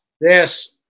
Yes